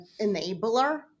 enabler